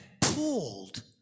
pulled